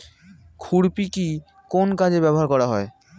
খুরপি কি কোন কাজে ব্যবহার করা হয়?